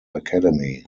academy